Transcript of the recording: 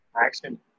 action